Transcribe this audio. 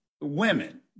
Women